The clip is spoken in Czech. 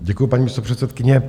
Děkuju, paní místopředsedkyně.